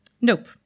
nope